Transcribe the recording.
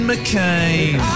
McCain